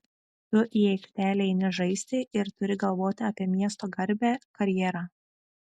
tu į aikštelę eini žaisti ir turi galvoti apie miesto garbę karjerą